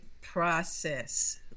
process